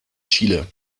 chile